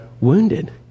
wounded